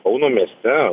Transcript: kauno mieste